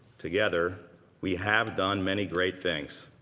together we have done many great things,